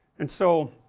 and so